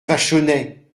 vachonnet